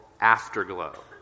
afterglow